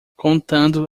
contando